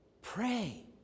pray